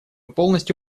полностью